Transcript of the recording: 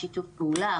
שיתוף פעולה,